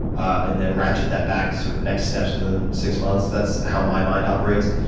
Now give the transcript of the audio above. and then ratchet that back to sort of next steps within six months. that's how my mind operates.